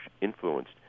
influenced